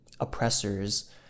oppressors